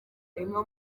inka